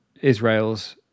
Israel's